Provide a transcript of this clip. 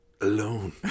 alone